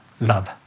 love